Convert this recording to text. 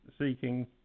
seeking